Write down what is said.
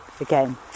again